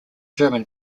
german